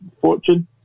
fortune